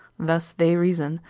thus they reason,